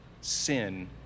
sin